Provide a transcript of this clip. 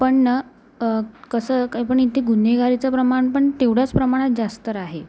पण ना कसं काय पण इथे गुन्हेगारीचं प्रमाण पण तेवढंच प्रमाणात जास्त राहे